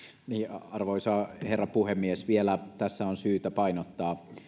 arvoisa herra puhemies vielä tässä on syytä painottaa